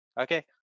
okay